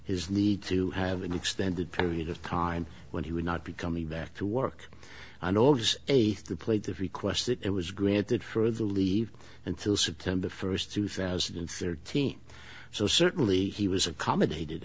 his need to have an extended period of time when he would not be coming back to work on august eighth the plate of requests that it was granted for the leave until september first two thousand and thirteen so certainly he was accommodated